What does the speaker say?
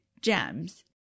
GEMS